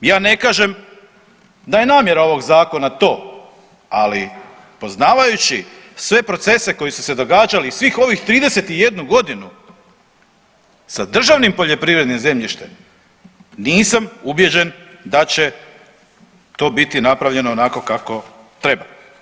Ja ne kažem da je namjera ovog zakona to, ali poznavajući sve procese koji su se događali svih ovih 31 godinu sa državnim poljoprivrednim zemljištem nisam ubijeđen da će to biti napravljeno onako kako treba.